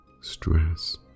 stress